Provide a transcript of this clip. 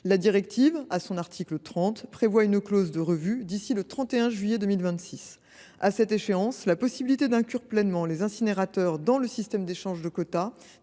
la directive prévoit une clause de revue d’ici au 31 juillet 2026. À cette échéance, la possibilité d’inclure pleinement les incinérateurs dans le système d’échange de quotas